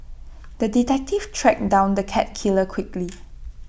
the detective tracked down the cat killer quickly